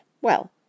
Well